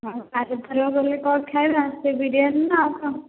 ଆରଥରକୁ ଗଲେ କ'ଣ ଖାଇବା ସେ ବିରିୟାନୀ ନା ଆଉ କ'ଣ